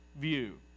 view